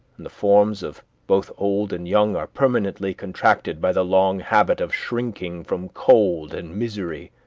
and the forms of both old and young are permanently contracted by the long habit of shrinking from cold and misery,